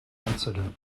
incident